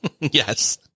Yes